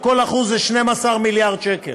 וכל אחוז זה 12 מיליארד שקל.